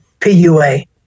PUA